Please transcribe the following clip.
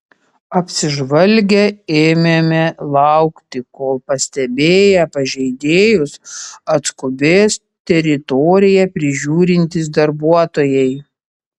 apsižvalgę ėmėme laukti kol pastebėję pažeidėjus atskubės teritoriją prižiūrintys darbuotojai